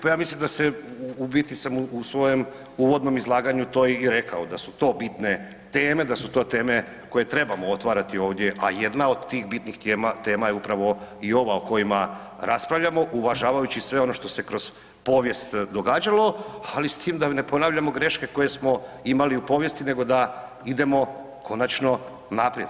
Pa ja mislim da se, u biti sam u svojem uvodnom izlaganju to i rekao, da su to bitne teme, da su to teme koje trebamo otvarati ovdje, a jedna od tih bitnih tema je upravo i ova o kojima raspravljamo uvažavajući sve ono što se kroz povijest događalo, ali s tim da ne ponavljamo greške koje smo imali u povijesti nego da idemo konačno naprijed.